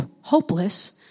hopeless